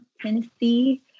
Tennessee